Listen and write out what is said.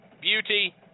beauty